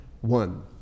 one